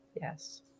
Yes